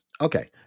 Okay